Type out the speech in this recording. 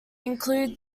include